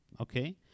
okay